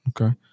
Okay